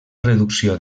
reducció